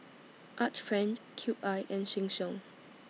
Art Friend Cube I and Sheng Siong